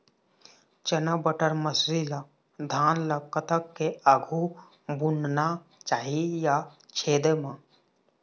चना बटर मसरी ला धान ला कतक के आघु बुनना चाही या छेद मां?